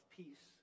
peace